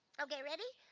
okay ready?